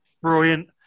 Brilliant